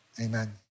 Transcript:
amen